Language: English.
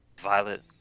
violet